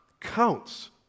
counts